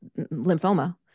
lymphoma